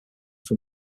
from